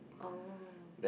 oh